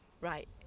Right